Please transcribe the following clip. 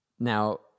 Now